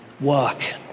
work